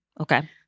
Okay